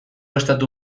estatu